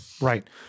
right